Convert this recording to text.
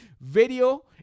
Video